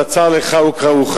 בצר לך וקראוך.